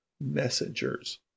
messengers